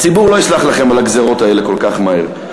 הציבור לא יסלח לכם על הגזירות האלה כל כך מהר.